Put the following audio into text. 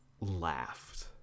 laughed